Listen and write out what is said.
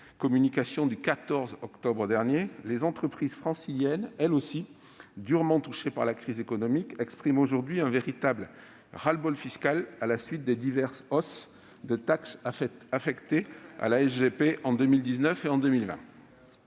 communication du 14 octobre dernier, les entreprises franciliennes, elles aussi durement touchées par la crise économique, expriment aujourd'hui un véritable ras-le-bol fiscal à la suite des diverses hausses de taxes affectées à la SGP en 2019 et en 2020.